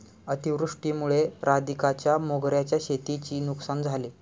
अतिवृष्टीमुळे राधिकाच्या मोगऱ्याच्या शेतीची नुकसान झाले